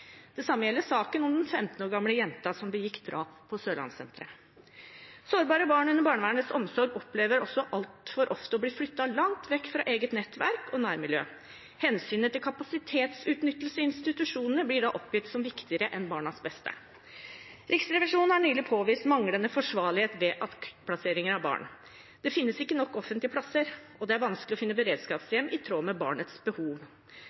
Det samme gjelder i saken om den 15 år gamle jenta som begikk drap på Sørlandssenteret. Sårbare barn under barnevernets omsorg opplever også altfor ofte å bli flyttet langt vekk fra eget nettverk og nærmiljø. Hensynet til kapasitetsutnyttelse i institusjonene blir da oppgitt som viktigere enn barnets beste. Riksrevisjonen har nylig påvist manglende forsvarlighet ved akuttplassering av barn. Det finnes ikke nok offentlige plasser, og det er vanskelig å finne beredskapshjem i tråd med barnets behov.